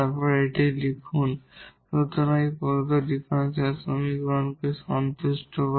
তারপর এটি লিখুন সুতরাং এটি প্রদত্ত ডিফারেনশিয়াল সমীকরণকে সন্তুষ্ট করে